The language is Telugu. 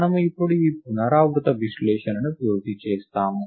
మనము ఇప్పుడు ఈ పునరావృత విశ్లేషణను పూర్తి చేస్తాము